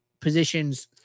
positions